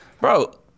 bro